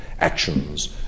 actions